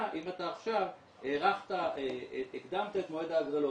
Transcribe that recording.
אם אתה עכשיו הקדמת את מועד ההגרלות,